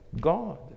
God